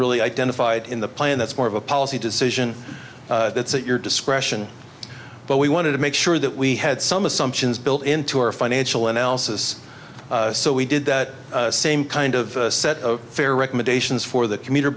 really identified in the plan that's more of a policy decision that's at your discretion but we wanted to make sure that we had some assumptions built into our financial analysis so we did that same kind of set of fair recommendations for the commuter